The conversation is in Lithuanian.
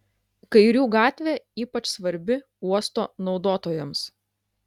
kairių gatvė ypač svarbi uosto naudotojams